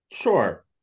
Sure